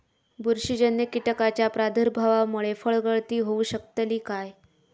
बुरशीजन्य कीटकाच्या प्रादुर्भावामूळे फळगळती होऊ शकतली काय?